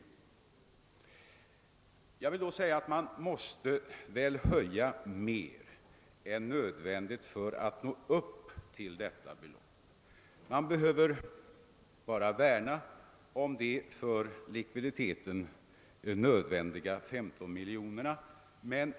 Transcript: På det vill jag svara att man bara behöver värna om de för likviditeten nödvändiga 15 miljoner kronorna.